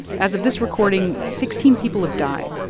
as of this recording, sixteen people have died,